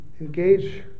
engage